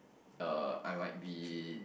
uh I might be